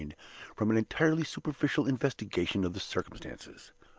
from an entirely superficial investigation of the circumstances.